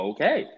Okay